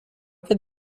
could